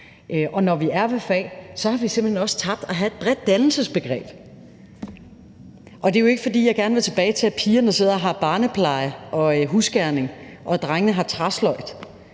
Når vi er ved fag, har vi simpelt hen også tabt at have et bredt dannelsesbegreb. Det er jo ikke, fordi jeg gerne vil tilbage til, at pigerne sidder og har barnepleje og husgerning, og at drengene har træsløjd